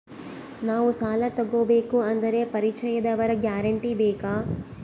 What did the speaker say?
ನಾವು ಸಾಲ ತೋಗಬೇಕು ಅಂದರೆ ಪರಿಚಯದವರ ಗ್ಯಾರಂಟಿ ಬೇಕಾ?